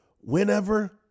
whenever